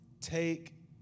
take